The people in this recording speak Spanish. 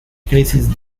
crisis